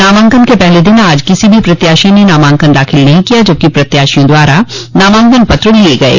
नामांकन के पहले दिन आज किसी भी प्रत्याशी के नामांकन दाखिल नहीं किया जबकि प्रत्याशियों द्वारा नामांकन पत्र लिये गये